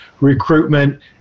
recruitment